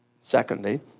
secondly